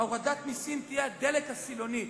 הורדת המסים תהיה דלק הסילוני.